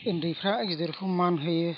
उन्दैफ्रा गिदिरखौ मानहोयो